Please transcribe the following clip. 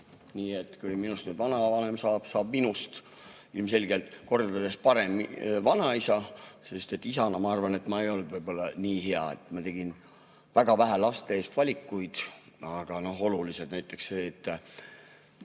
Nii et kui minust nüüd vanavanem saab, saab minust ilmselgelt kordades parem vanaisa, sest isana, ma arvan, ma ei olnud võib-olla nii hea. Ma tegin väga vähe laste eest valikuid, aga olulisi. Näiteks see pruun